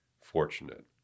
fortunate